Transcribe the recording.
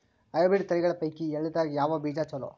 Hybrid ತಳಿಗಳ ಪೈಕಿ ಎಳ್ಳ ದಾಗ ಯಾವ ಬೀಜ ಚಲೋ?